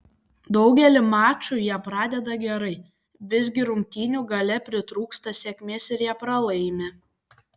daugelį mačų jie pradeda gerai visgi rungtynių gale pritrūksta sėkmės ir jie pralaimi